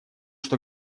что